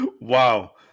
Wow